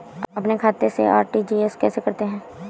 अपने खाते से आर.टी.जी.एस कैसे करते हैं?